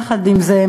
יחד עם זה,